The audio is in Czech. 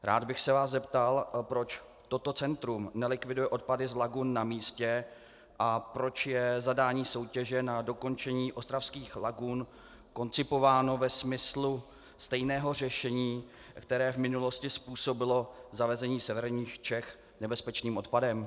Rád bych se vás zeptal, proč toto centrum nelikviduje odpady z lagun na místě a proč je zadání soutěže na dokončení ostravských lagun koncipováno ve smyslu stejného řešení, které v minulosti způsobilo zavezení severních Čech nebezpečným odpadem.